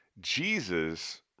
jesus